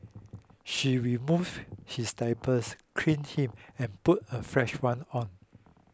she removes his diapers clean him and puts a fresh one on